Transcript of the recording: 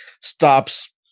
stops